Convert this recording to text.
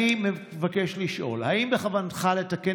אני מבקש לשאול: 1. האם בכוונתך לתקן